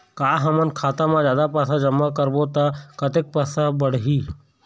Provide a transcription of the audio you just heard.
का हमन खाता मा जादा पैसा जमा करबो ता कतेक पैसा बढ़ही?